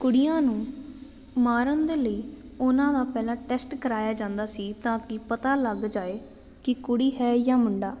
ਕੁੜੀਆਂ ਨੂੰ ਮਾਰਨ ਦੇ ਲਈ ਉਹਨਾਂ ਦਾ ਪਹਿਲਾਂ ਟੈਸਟ ਕਰਵਾਇਆ ਜਾਂਦਾ ਸੀ ਤਾਂ ਕਿ ਪਤਾ ਲੱਗ ਜਾਵੇ ਕਿ ਕੁੜੀ ਹੈ ਜਾਂ ਮੁੰਡਾ